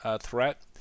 threat